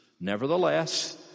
nevertheless